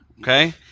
okay